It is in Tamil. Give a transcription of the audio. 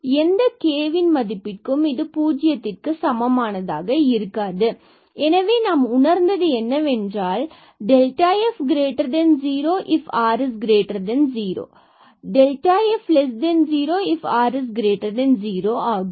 எந்த கேவின் மதிப்பிற்கும் இது பூஜ்ஜியத்திற்க்கு சமமானதாக இருக்காது எனவே நாம் உணர்ந்தது என்னவென்றால் f0ifr0 f0ifr0ஆகும்